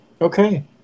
Okay